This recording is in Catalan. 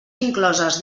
incloses